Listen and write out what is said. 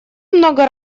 много